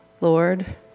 Lord